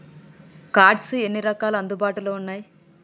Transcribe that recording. Cards ఎన్ని రకాలు అందుబాటులో ఉన్నయి?